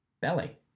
belly